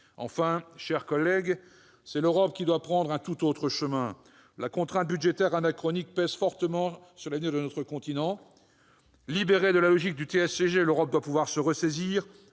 Enfin, mes chers collègues, c'est l'Europe qui doit prendre un tout autre chemin. La contrainte budgétaire anachronique pèse fortement sur l'avenir de notre continent. Libérée de la logique du TSCG, l'Europe doit pouvoir se ressaisir,